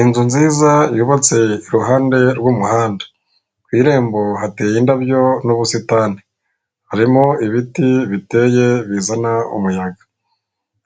Inzu nziza yubatse iruhande rw'umuhanda, ku irembo hateye indabyo n'ubusitani, harimo ibiti biteye bizana umuyaga,